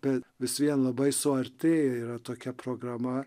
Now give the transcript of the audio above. bet vis vien labai suartėji yra tokia programa